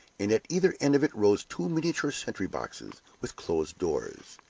and at either end of it rose two miniature sentry-boxes, with closed doors.